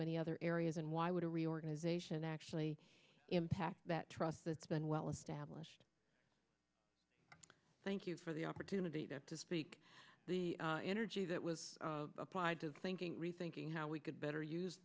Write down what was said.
many other areas and why would a reorganization actually impact that trust that's been well established thank you for the opportunity to speak the energy that was applied to thinking rethinking how we could better use